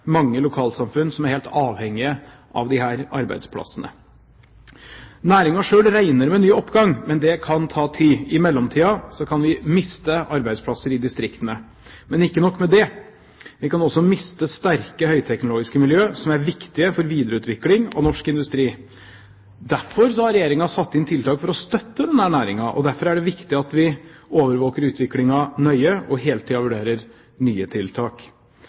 mange lokalsamfunn som er helt avhengige av disse arbeidsplassene. Næringen selv regner med ny oppgang, men det kan ta tid. I mellomtiden kan vi miste arbeidsplasser i distriktene. Men ikke nok med det: Vi kan også miste sterke høyteknologiske miljøer som er viktige for videreutvikling av norsk industri. Derfor har Regjeringen satt inn tiltak for å støtte denne næringen. Og derfor er det viktig at vi overvåker utviklingen nøye, og hele tiden vurderer nye tiltak.